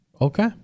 Okay